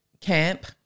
camp